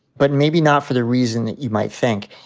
but maybe not for the reason that you might think.